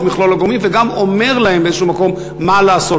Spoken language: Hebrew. מכלול הגורמים וגם אומר להם באיזה מקום מה לעשות?